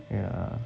yeah